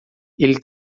ele